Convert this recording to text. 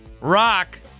Rock